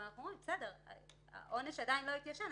אבל העונש עדיין לא התיישן,